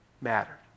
mattered